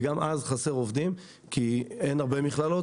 וגם אז חסר עובדים כי אין הרבה מכללות,